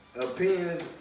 opinions